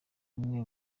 umwe